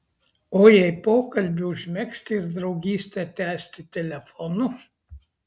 o jei pokalbį užmegzti ir draugystę tęsti telefonu